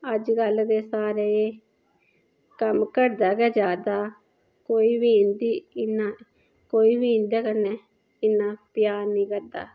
अजकल ते सारें कम्म घटदा गै जारदा कोई बी इं'दी इन्ना कोई बी इं'दे कन्नै इन्ना प्यार नेईं करदा